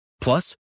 Plus